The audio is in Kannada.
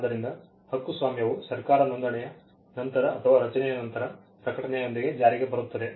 ಆದ್ದರಿಂದ ಹಕ್ಕುಸ್ವಾಮ್ಯವು ಸರ್ಕಾರದ ನೋಂದಣಿಯ ನಂತರ ಅಥವಾ ರಚನೆಯ ನಂತರ ಪ್ರಕಟಣೆಯೊಂದಿಗೆ ಜಾರಿಗೆ ಬರುತ್ತದೆ